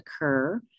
occur